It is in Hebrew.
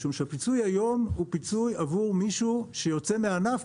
משום שהפיצוי היום הוא פיצוי עבור מישהו שיוצא מהענף,